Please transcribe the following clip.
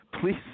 Please